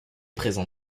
présent